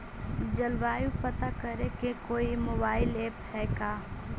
जलवायु पता करे के कोइ मोबाईल ऐप है का?